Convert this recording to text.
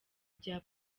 bya